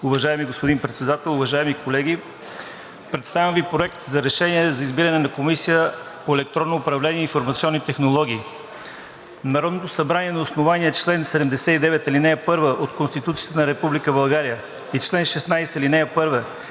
Уважаеми господин Председател, уважаеми колеги! Представям Ви „Проект! РЕШЕНИЕ за избиране на Комисия по електронно управление и информационни технологии Народното събрание на основание чл. 79, ал. 1 от Конституцията на Република България и